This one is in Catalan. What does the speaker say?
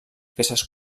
peces